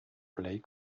play